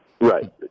Right